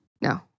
No